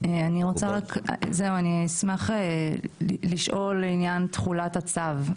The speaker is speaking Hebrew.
אני אשמח לשאול לעניין תחולת הצו.